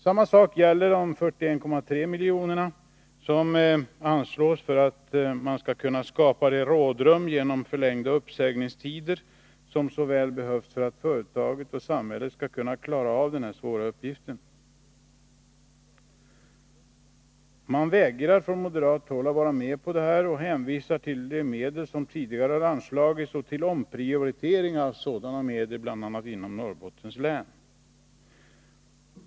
Samma sak gäller de 41,3 milj.kr. som anslås för att man skall kunna skapa det rådrum genom förlängda uppsägningstider som så väl behövs för att företaget och samhället skall kunna klara av denna svåra uppgift. Man vägrar från moderat håll att vara med på detta och hänvisar till de medel som tidigare har anslagits och till omprioritering av sådana medel bl.a. inom Norrbottens län.